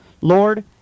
Lord